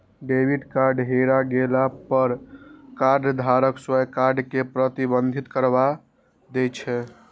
debit card हेरा गेला पर कार्डधारक स्वयं कार्ड कें प्रतिबंधित करबा दै छै